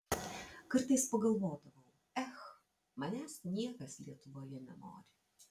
kartais pagalvodavau ech manęs niekas lietuvoje nenori